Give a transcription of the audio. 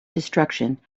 destruction